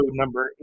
number